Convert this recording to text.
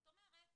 זאת אומרת,